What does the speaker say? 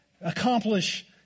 accomplish